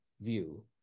view